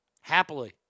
Happily